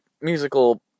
musical